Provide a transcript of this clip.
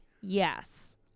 Yes